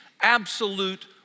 absolute